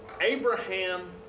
Abraham